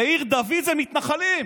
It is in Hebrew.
בעיר דוד זה מתנחלים,